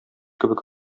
кебек